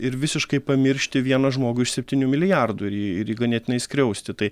ir visiškai pamiršti vieną žmogų iš septynių milijardų ir jį ir jį ganėtinai skriausti tai